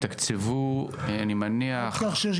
חמישה אשכולות, אני מניח.